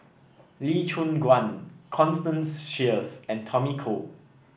Lee Choon Guan Constance Sheares and Tommy Koh